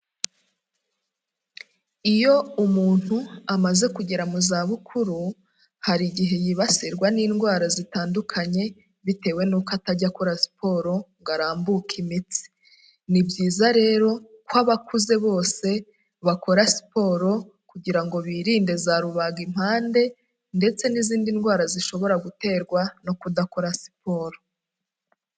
Iyo umuntu amaze kugera mu zabukuru, hari igihe yibasirwa n'indwara zitandukanye bitewe n'uko atajya akora siporo ngo arambuke imitsi, ni byiza rero ko abakuze bose bakora siporo kugira ngo birinde za rubagimpande ndetse n'izindi ndwara zishobora guterwa no kudakora siporo.